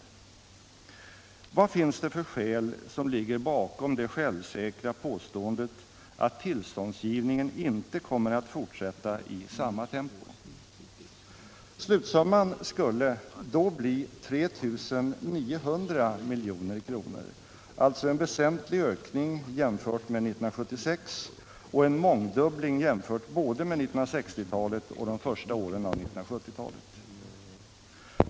Vad finns det för skäl bakom det självsäkra påståendet att tillståndsgivningen inte kommer att fortsätta i samma tempo? Slutsumman skulle då bli 3 900 milj.kr., alltså en väsentlig ökning jämfört med 1976 och en mångdubbling jämfört både med 1960-talet och med de första åren av 1970-talet.